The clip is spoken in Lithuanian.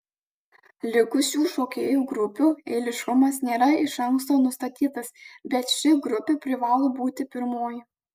likusių šokėjų grupių eiliškumas nėra iš anksto nustatytas bet ši grupė privalo būti pirmoji